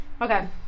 okay